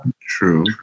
True